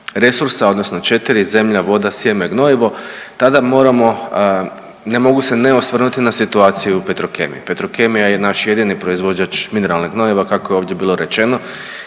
resursa, odnosno četiri zemlja, voda, sjeme, gnojivo tada moramo, ne mogu se ne osvrnuti na situaciju u Petrokemiji. Petrokemija je naš jedini proizvođač mineralnih gnojiva kako je ovdje bilo rečeno.